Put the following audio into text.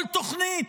כל תוכנית,